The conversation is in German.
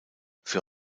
für